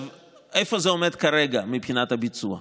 איפה זה עומד כרגע מבחינת הביצוע?